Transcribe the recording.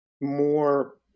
more